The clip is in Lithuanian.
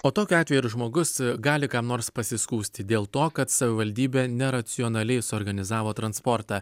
o tokiu atveju ar žmogus gali kam nors pasiskųsti dėl to kad savivaldybė neracionaliai suorganizavo transportą